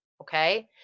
Okay